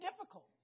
difficult